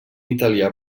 italià